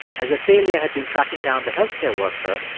as athalia had been tracking down the health care worker,